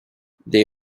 they